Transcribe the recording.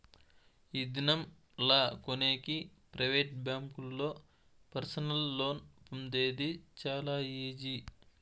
ఈ దినం లా కొనేకి ప్రైవేట్ బ్యాంకుల్లో పర్సనల్ లోన్ పొందేది చాలా ఈజీ